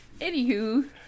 Anywho